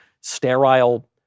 sterile